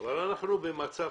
אנחנו במצב